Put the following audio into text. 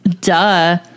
Duh